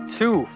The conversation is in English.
two